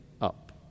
up